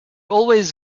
always